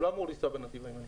הוא לא אמור לנסוע בנתיב הימני.